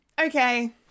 Okay